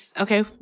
okay